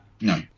No